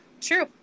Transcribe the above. True